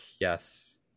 yes